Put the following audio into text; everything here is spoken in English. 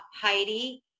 Heidi